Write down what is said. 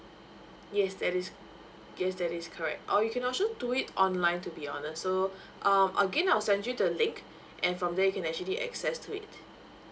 yes that is yes that is correct or you can also do it online to be honest so um again I will send you the link and from there you can actually access to it